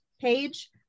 page